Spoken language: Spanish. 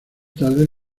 tarde